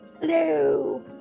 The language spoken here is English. hello